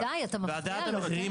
פינדרוס, די, אתה מפריע לו.